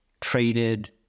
traded